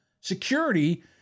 security